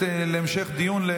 החוקה, חוק ומשפט להמשך דיון.